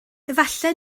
efallai